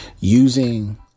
Using